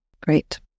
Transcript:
Great